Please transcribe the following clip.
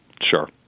Sure